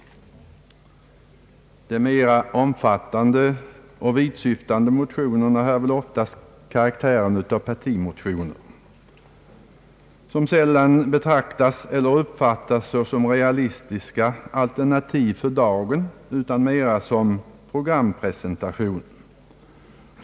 De mera omfattande och vittsyftande motionerna har väl oftast karaktären av partimotioner som sällan uppfattas som realistiska alternativ för dagen utan mera som programpresentationer.